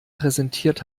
präsentiert